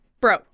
Bro